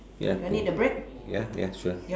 ya ya ya sure